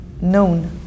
known